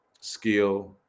skill